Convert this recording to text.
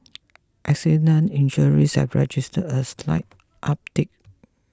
accident injuries have registered a slight uptick